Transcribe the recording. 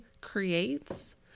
Creates